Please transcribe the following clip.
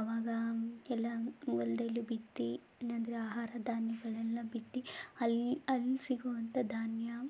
ಆವಾಗ ಎಲ್ಲ ಹೊಲ್ದಲ್ಲಿ ಬಿತ್ತಿ ನಂತರ ಆಹಾರ ಧಾನ್ಯಗಳನ್ನೆಲ್ಲ ಬಿತ್ತಿ ಅಲ್ಲಿ ಅಲ್ಲಿ ಸಿಗುವಂಥ ಧಾನ್ಯ